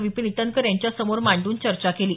विपिन ईटनकर यांच्यासमोर मांडून चर्चा केली